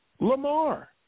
Lamar